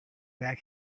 back